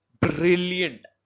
brilliant